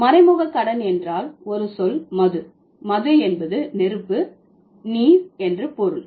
மறைமுக கடன் என்றால் ஒரு சொல் மது மது என்பது நெருப்பு நீர் என்று பொருள்